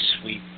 sweet